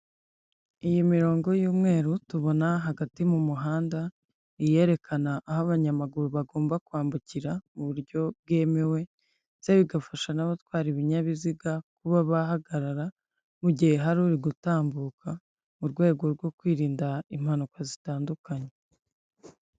Iyi mirongo y'umweru tubona hagati mu muhanda iyerekana aho abanyamaguru bagomba kwambukira mu buryo bwemewe, ndetse bigafasha n'abatwara ibinyabiziga kuba bahagarara mu gihe hari gutambuka, mu rwego rwo kwirinda impanuka zitandukanye.